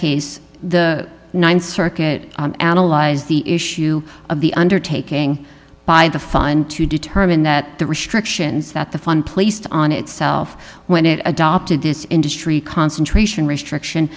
case the th circuit ally's the issue of the undertaking by the fund to determine that the restrictions that the fun placed on itself when it adopted this industry concentration restriction